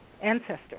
ancestor